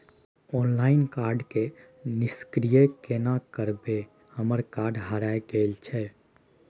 Online card के निष्क्रिय केना करबै हमर कार्ड हेराय गेल छल?